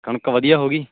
ਕਣਕ ਵਧੀਆ ਹੋ ਗਈ